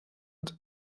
und